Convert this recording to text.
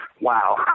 wow